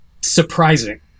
surprising